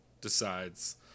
decides